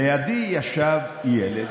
לידי ישב ילד